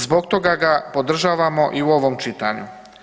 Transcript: Zbog toga ga podržavamo i u ovom čitanju.